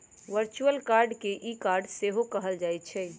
virtual card के e card सेहो कहल जाइ छइ